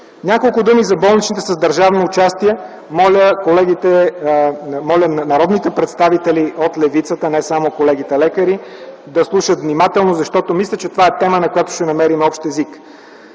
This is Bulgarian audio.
Няколко думи за болниците с държавно участие. Моля народните представители от левицата, не само колегите-лекари, да слушат внимателно, защото мисля, че това е тема, по която ще намерим общ език.